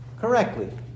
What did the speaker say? correctly